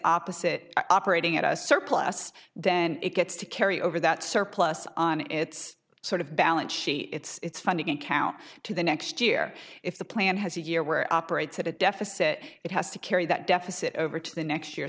opposite operating at a surplus then it gets to carry over that surplus and it's sort of balance sheet its funding account to the next year if the plan has a year where operates at a deficit it has to carry that deficit over to the next year